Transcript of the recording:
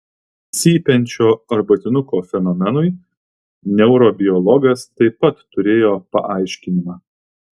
cypiančio arbatinuko fenomenui neurobiologas taip pat turėjo paaiškinimą